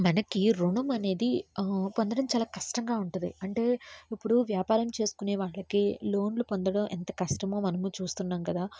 మనకి రుణమనేది పొందడం చాలా కష్టంగా ఉంటుంది అంటే ఇప్పుడు వ్యాపారం చేసుకునే వాళ్ళకి లోన్లు పొందడం ఎంత కష్టమో మనము చూస్తున్నాం కదా